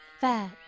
fat